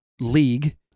league